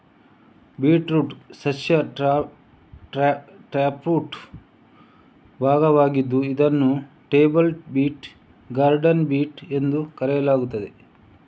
beetroot ಸಸ್ಯ taproot ಭಾಗವಾಗಿದ್ದು ಇದನ್ನು ಟೇಬಲ್ ಬೀಟ್, ಗಾರ್ಡನ್ ಬೀಟ್ ಎಂದು ಕರೆಯಲಾಗುತ್ತದೆ